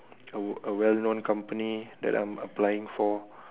a a well known company that I'm applying for